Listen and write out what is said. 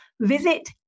Visit